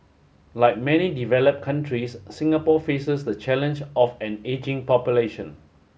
like many develop countries Singapore faces the challenge of an ageing population